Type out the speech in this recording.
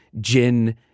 gin